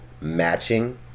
matching